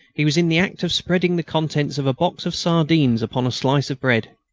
he was in the act of spreading the contents of a box of sardines upon a slice of bread.